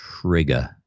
Trigger